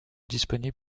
disponibles